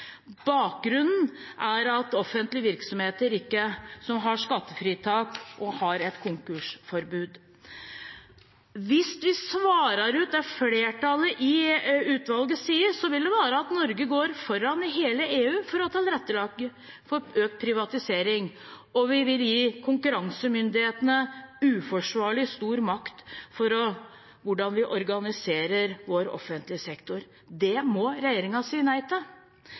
Bakgrunnen er offentlige virksomheter som har skattefritak og et konkursforbud. Hvis vi svarer ut det flertallet i utvalget sier, vil det være at Norge går foran i hele EU for å tilrettelegge for økt privatisering, og vi vil gi konkurransemyndighetene uforsvarlig stor makt over hvordan vi organiserer vår offentlige sektor. Det må regjeringen si nei til.